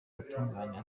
ubutungane